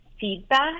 feedback